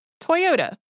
Toyota